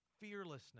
fearlessness